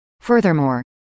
Furthermore